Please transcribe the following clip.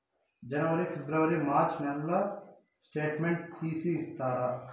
జనవరి, ఫిబ్రవరి, మార్చ్ నెలల స్టేట్మెంట్ తీసి ఇస్తారా?